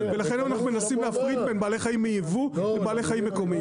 ולכן אנחנו מנסים להפריד בין בעלי חיים מיבוא לבעלי חיים מקומיים.